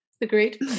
agreed